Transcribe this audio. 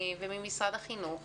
וממשרד החינוך